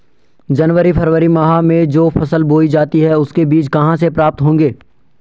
जनवरी फरवरी माह में जो फसल बोई जाती है उसके बीज कहाँ से प्राप्त होंगे?